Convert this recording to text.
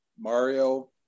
Mario